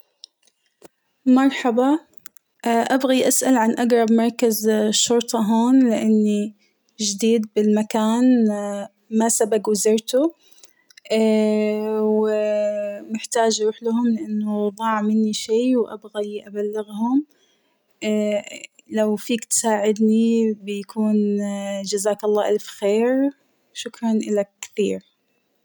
مرحبا أبغي أسأل عن أقرب مركزشرطة هون ، لأني جديد بالمكان ،ما سبق وزرته و محتاج اروحلهم لانه ضاع منى شيء وأبغى ابلغهم، لو فيك تساعدني بيكون جزاك الله ألف خير شكرا إلك كثير.